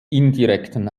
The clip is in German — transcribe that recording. indirekten